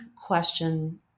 question